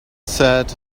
said